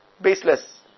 baseless